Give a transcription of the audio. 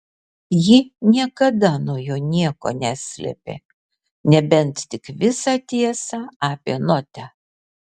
ji niekada nuo jo nieko neslėpė nebent tik visą tiesą apie notę